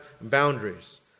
boundaries